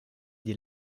des